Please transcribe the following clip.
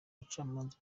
abacamanza